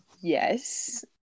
yes